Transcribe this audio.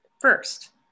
First